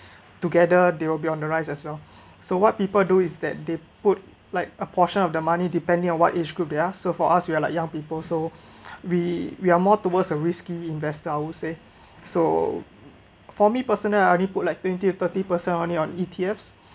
together they will be on the rise as well so what people do is that they put like a portion of the money depending on what age group they are so for us we are like young people so we we are more towards a risky investor I would say so for me personal I only put like twenty or thirty percent only on E_T_Fs